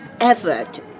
effort